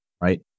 right